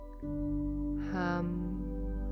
Hum